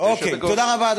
אוקיי, תודה רבה.